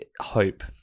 hope